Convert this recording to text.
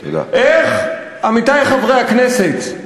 איך, עמיתי חברי הכנסת,